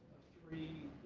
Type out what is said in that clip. three